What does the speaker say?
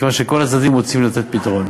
מכיוון שכל הצדדים רוצים לתת פתרון.